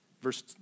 Verse